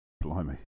blimey